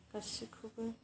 गासैखौबो